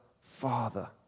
Father